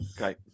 Okay